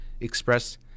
express